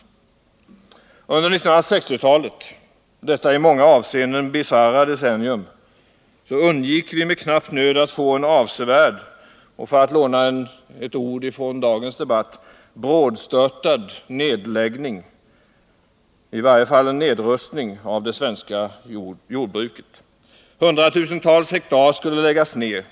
Under 1960-talet — detta i många avseenden bisarra decennium — undgick vi med knapp nöd en avsevärd och, för att låna ett ord från dagens debatt, brådstörtad nedläggning eller i varje fall en nedrustning av det svenska jordbruket. Hundratusentals hektar skulle läggas ned.